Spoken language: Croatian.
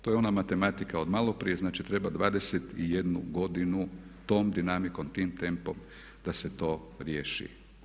To je ona matematika od maloprije znači treba 21 godinu tom dinamikom, tim tempom da se to riješi.